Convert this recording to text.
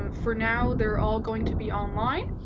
um for now, they are all going to be online.